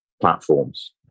platforms